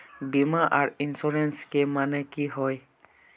बीमा आर इंश्योरेंस के माने की होय?